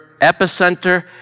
epicenter